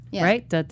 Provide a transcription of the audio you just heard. right